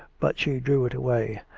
but she drew it away.